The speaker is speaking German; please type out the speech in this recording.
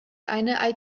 eine